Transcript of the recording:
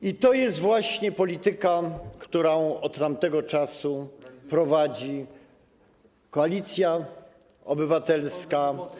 I to jest właśnie polityka, którą od tamtego czasu prowadzi Koalicja Obywatelska.